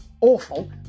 awful